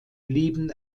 blieben